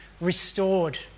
restored